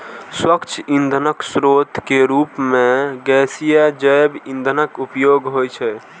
स्वच्छ ईंधनक स्रोत के रूप मे गैसीय जैव ईंधनक उपयोग होइ छै